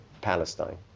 Palestine